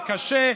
זה קשה,